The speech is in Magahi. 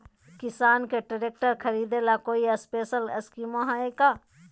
किसान के ट्रैक्टर खरीदे ला कोई स्पेशल स्कीमो हइ का?